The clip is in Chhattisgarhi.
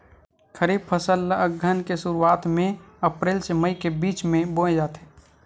खरीफ फसल ला अघ्घन के शुरुआत में, अप्रेल से मई के बिच में बोए जाथे